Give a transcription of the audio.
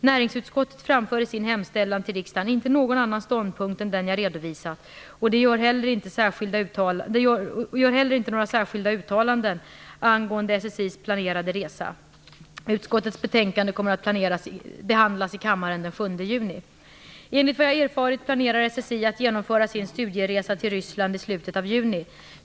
Näringsutskottet framför i sin hemställan till riksdagen inte någon annan ståndpunkt än den jag redovisat och gör heller inte några särskilda uttalanden angående Statens strålskyddsinstituts planerade resa. Utskottets betänkande kommer att behandlas i kammaren den 7 juni Enligt vad jag erfarit planerar SSI att genomföra sin studieresa till Ryssland i slutet av juni.